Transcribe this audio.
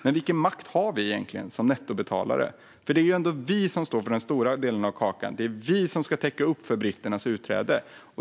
Men vilken makt har vi egentligen som nettobetalare? Det är ju ändå Sverige som står för den stora delen av kakan. Det är vi som ska täcka upp för britternas utträde.